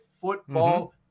football